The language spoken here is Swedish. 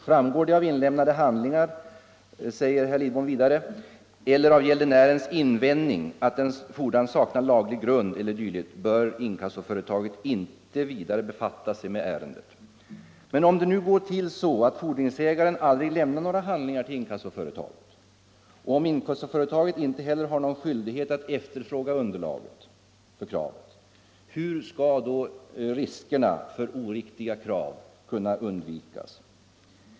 ”Framgår det av inlämnade handlingar”, säger herr Lidbom vidare, ”eller av gäldenärens invändning att en fordran saknar laga grund e. d., bör inkassoföretaget inte vidare befatta sig med ärendet.” Men om det nu går till så att fordringsägaren aldrig lämnar några handlingar till inkassoföretaget och om inkassoföretaget inte heller har någon skyldighet att efterfråga underlaget för kravet — hur skall då riskerna för oriktiga krav kunna undvikas?